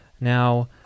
Now